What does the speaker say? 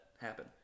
happen